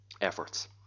efforts